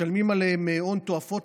משלמים עליהם הון תועפות,